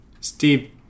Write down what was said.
Steve